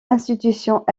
institutions